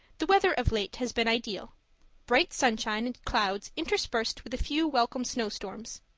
the weather of late has been ideal bright sunshine and clouds interspersed with a few welcome snow-storms.